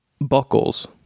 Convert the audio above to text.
buckles